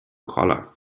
collar